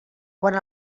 quant